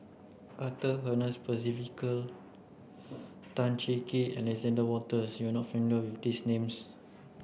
Arthur Ernest Percival Tan Cheng Kee Alexander Wolters you are not familiar with these names